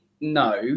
no